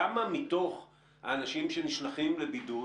כמה מתוך האנשים שנשלחים לבידוד